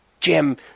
Jim